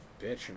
bitch